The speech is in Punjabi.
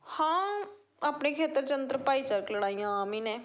ਹਾਂ ਆਪਣੇ ਖੇਤਰ 'ਚ ਅੰਤਰ ਭਾਈਚਾਰਕ ਲੜਾਈਆਂ ਆਮ ਹੀ ਨੇ